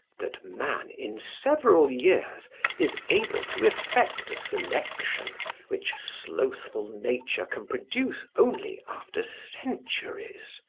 that man in several years is able to effect a selection which slothful nature can produce only after centuries.